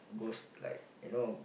goes like you know